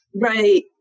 Right